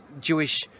Jewish